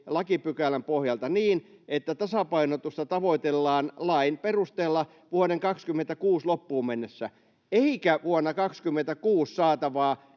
lakipykälän pohjalta niin, että tasapainotusta tavoitellaan lain perusteella vuoden 26 loppuun mennessä eikä vuonna 26 saatavaa,